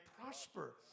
prosper